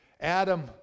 Adam